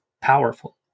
powerful